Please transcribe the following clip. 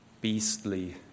beastly